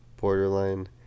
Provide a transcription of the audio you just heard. borderline